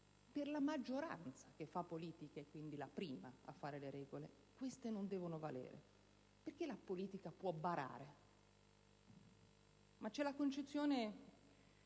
per la maggioranza che fa politica e, quindi, è la prima a fare le regole, queste non devono valere? Perché la politica può barare? C'è una concezione